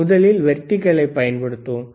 முதலில் வெர்டிகளை பயன்படுத்துவோம்